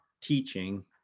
teaching